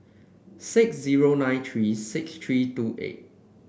six zero nine three six three two eight